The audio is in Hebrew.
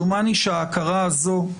דומני שההכרה הזאת,